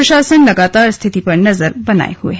प्रशासन लगातार स्थिति पर नजर बनाये हुए है